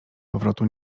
powrotu